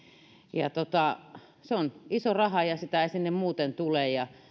se on iso raha ja ja sitä ei sinne muuten tule